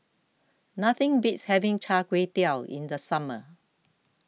nothing beats having Char Kway Teow in the summer